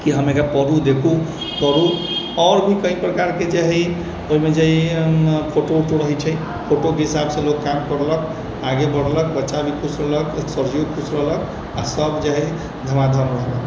कि हम एकरा पढ़ू देखू पढ़ू आओर भी कइ प्रकारके जे हइ ओहिमे जे फोटो ओटो रहैत छै फोटोके हिसाबसँ लोक काम करलक आगे बढ़लक बच्चा भी खुश होलक सरजी भी खुश होलक आ सभ जे हइ धूमाधम